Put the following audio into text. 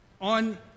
On